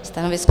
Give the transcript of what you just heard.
Stanovisko?